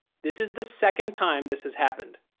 this is the second time this has happened.